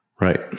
Right